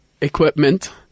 equipment